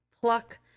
pluck